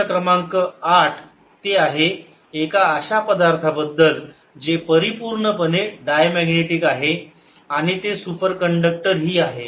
प्रश्न क्रमांक 8 ते आहे एका अशा पदार्थाबद्दल जे परीपूर्णपणे डायमॅग्नेटिक आहे आणि ते सुपरकंडक्टर हि आहे